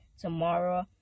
tomorrow